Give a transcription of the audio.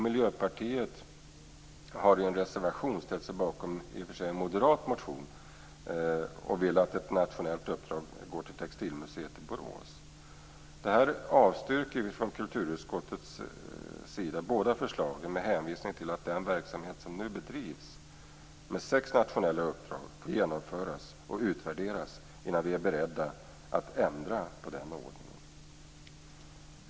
Miljöpartiet har i en reservation ställt sig bakom en moderat motion och vill att ett nationellt uppdrag ges till Textilmuseet i Borås. Kulturutskottet avstyrker båda förslagen med hänvisning till att den verksamhet med sex nationella uppdrag som nu bedrivs måste genomföras och utvärderas innan vi är beredda att ändra på den ordningen.